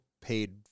paid